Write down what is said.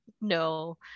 No